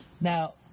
Now